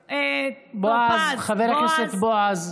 בועז, חבר הכנסת בועז.